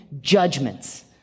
judgments